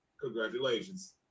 Congratulations